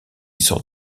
sort